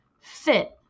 fit